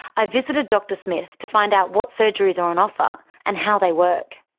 i visited dr smith to find out what surgeries are on offer and how they work.